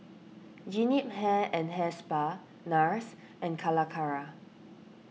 Jean Yip Hair and Hair Spa Nars and Calacara